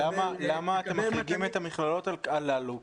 למה אתם מחריגים את המכללות הללו?